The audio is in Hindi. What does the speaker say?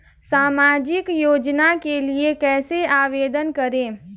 सामाजिक योजना के लिए कैसे आवेदन करें?